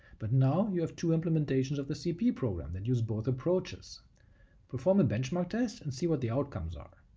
but now you have two implementations of the cp one program that use both approaches perform a benchmark test and see what the outcomes are.